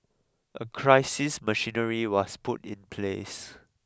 a crisis machinery was put in place